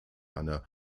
einer